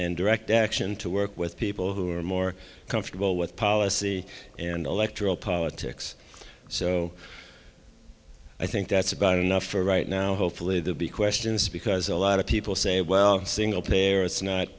and direct action to work with people who are more comfortable with policy and electoral politics so i think that's about enough for right now hopefully the big questions because a lot of people say well single payer it's not